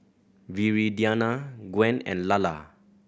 Viridiana Gwen and Lalla